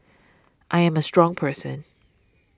I am a strong person